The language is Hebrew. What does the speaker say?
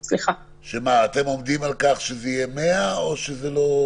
אתם עומדים על כך שזה יהיה 100 או הפוך?